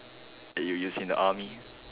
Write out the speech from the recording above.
that you use in the army